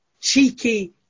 cheeky